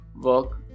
work